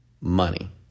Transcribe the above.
money